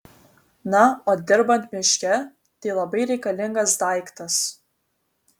na o dirbant miške tai labai reikalingas daiktas